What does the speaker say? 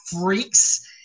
freaks